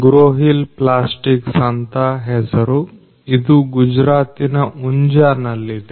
ಗ್ರೋಹಿಲ್ plastics ಅಂತ ಹೆಸರು ಇದು ಗುಜರಾತಿನ ಉಂಜಾ ನಲ್ಲಿದೆ